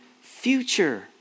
future